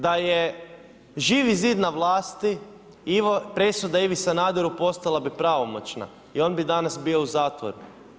Da je Živi zid na vlasti presuda Ivi Sanaderu postala bi pravomoćna i on bi danas bio u zatvoru.